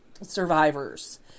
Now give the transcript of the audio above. survivors